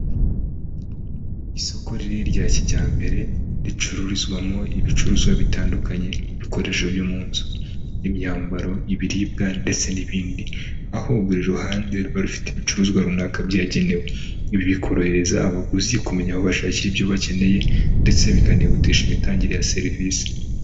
Isoko rinini rya kijyambere ricururizwamo ibicuruzwa bitandukanye ibikoresho byo mu nzu n'imyambaro, ibiribwa ndetse n'ibindi, aho buri ruhande ruba rufite ibicuruzwa runaka byagenewe, ibi bikorohereza abaguzi kumenya aho bashakira ibyo bakeneye ndetse bikanihutisha imitangire ya serivisi.